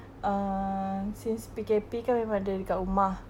err since P_K_P kan memang ada dekat rumah